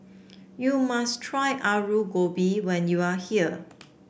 you must try Alu Gobi when you are here